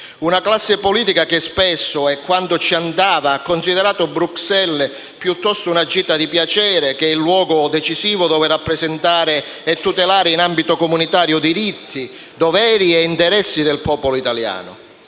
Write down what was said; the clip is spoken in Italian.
Una classe politica che spesso - quando ci andava - ha considerato Bruxelles una gita di piacere, piuttosto che il luogo decisivo dove rappresentare e tutelare in ambito comunitario diritti, doveri e interessi del popolo italiano.